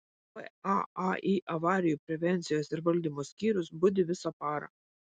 vaai avarijų prevencijos ir valdymo skyrius budi visą parą